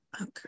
Okay